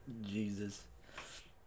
Jesus